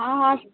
आऽही